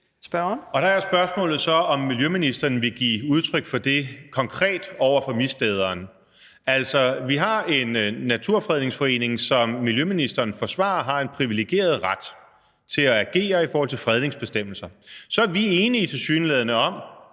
Der er spørgsmålet så, om miljøministeren vil give udtryk for det konkret over for misdæderen. Altså, vi har en naturfredningsforening, som miljøministeren forsvarer med hensyn til at have en privilegeret ret til at agere i forhold til fredningsbestemmelser. Så er vi tilsyneladende